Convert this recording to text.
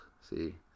see